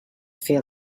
feel